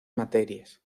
materias